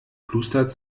plustert